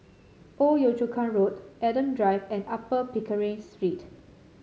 Old Yio Chu Kang Road Adam Drive and Upper Pickering Street